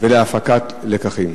ולהפקת לקחים?